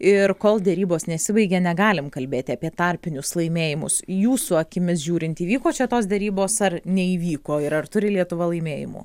ir kol derybos nesibaigė negalim kalbėti apie tarpinius laimėjimus jūsų akimis žiūrint įvyko čia tos derybos ar neįvyko ir ar turi lietuva laimėjimų